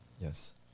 Yes